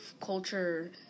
culture